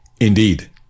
indeed